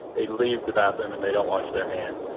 they leave the bathroom and they don't wash their hands.